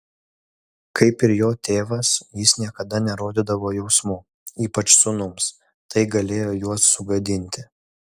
kaip ir jo tėvas jis niekada nerodydavo jausmų ypač sūnums tai galėjo juos sugadinti